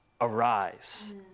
arise